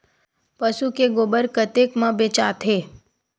पशु के गोबर कतेक म बेचाथे?